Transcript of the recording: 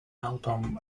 album